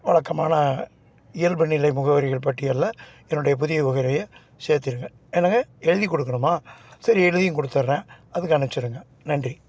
வழக்கமான இயல்பு நிலை முகவரிகள் பட்டியலில் என்னுடைய புதிய முகவரியை சேர்த்திருங்க என்னங்க எழுதிக் கொடுக்கணுமா சரி எழுதியும் கொடுத்தர்றேன் அதுக்கு அனுப்பிச்சிடுங்க நன்றி